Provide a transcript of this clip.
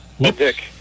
Dick